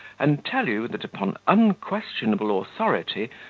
and tell you, that, upon unquestionable authority,